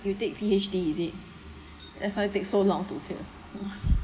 you take P_H_D is it that's why take so long to clear